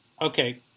okay